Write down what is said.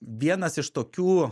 vienas iš tokių